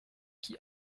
qui